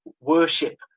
worship